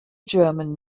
german